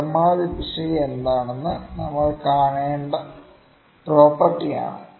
പരമാവധി പിശക് എന്താണെന്ന് നമ്മൾ കാണേണ്ട പ്രോപ്പർട്ടി ആണ് ഇത്